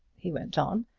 he went on,